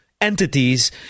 entities